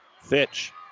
Fitch